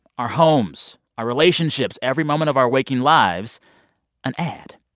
our homes, our relationships, every moment of our waking lives an ad?